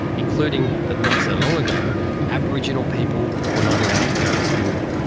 including that not so long ago aboriginal people were not allowed to go to school.